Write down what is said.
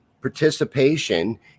participation